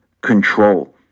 control